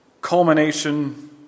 culmination